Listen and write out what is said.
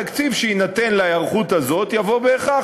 התקציב שיינתן להיערכות הזאת יבוא בהכרח